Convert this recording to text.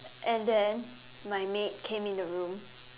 and then my maid came in the room